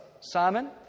Simon